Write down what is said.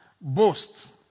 boast